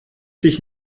sich